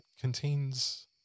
contains